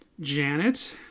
Janet